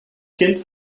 kind